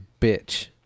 bitch